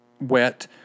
Wet